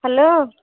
hello